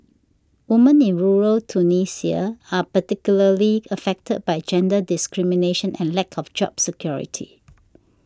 women in rural Tunisia are particularly affected by gender discrimination and lack of job security